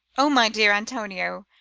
o my dear antonio!